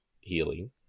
healing